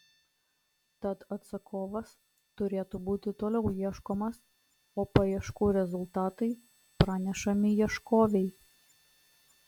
tad atsakovas turėtų būti toliau ieškomas o paieškų rezultatai pranešami ieškovei